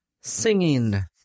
singing